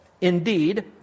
Indeed